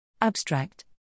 Abstract